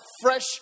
fresh